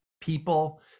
people